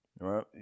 Right